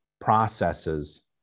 processes